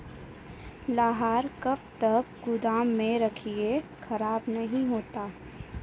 लहार कब तक गुदाम मे रखिए खराब नहीं होता?